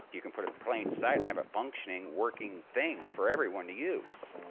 you can put it in plain sight and have a functioning, working thing for everyone to use